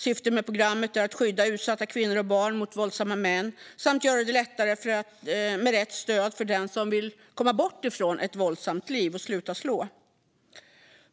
Syftet med programmet är att skydda utsatta kvinnor och barn mot våldsamma män samt göra det lättare att få rätt stöd för den som vill komma bort från ett våldsamt liv och sluta slå.